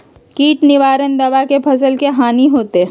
किट निवारक दावा से फसल के हानियों होतै?